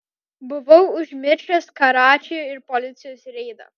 buvau užmiršęs karačį ir policijos reidą